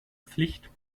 pflicht